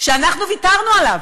שאנחנו ויתרנו עליו,